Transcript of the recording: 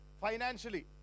financially